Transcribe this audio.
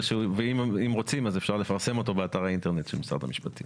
אם רוצים אז אפשר לפרסם אותו באתר האינטרנט של משרד המשפטים.